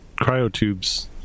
cryotubes